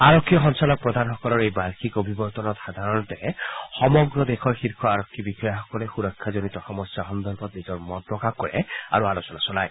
আৰক্ষী সঞ্চালক প্ৰধানসকলৰ এই বাৰ্ষিক অভিৱৰ্তনত সাধাৰণতে সমগ্ৰ দেশৰ শীৰ্ষ আৰক্ষী বিষয়াসকলে সুৰক্ষাজনিত সন্দৰ্ভত নিজৰ মত প্ৰকাশ কৰে আৰু আলোচনা চলায়